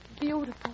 beautiful